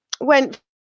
Went